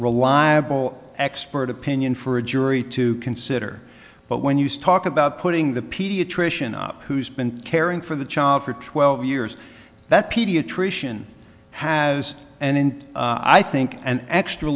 reliable expert opinion for a jury to consider but when used talk about putting the pediatrician up who's been caring for the child for twelve years that pediatrician has an end i think an extra